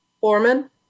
Foreman